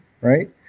right